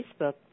Facebook